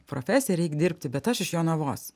profesiją ir reik dirbti bet aš iš jonavos